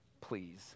please